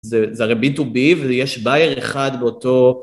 זה הרי B2B, ויש באייר אחד באותו...